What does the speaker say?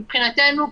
מבחינתנו,